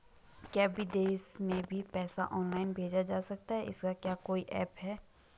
क्या विदेश में भी पैसा ऑनलाइन भेजा जा सकता है इसका क्या कोई ऐप है?